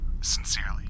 Sincerely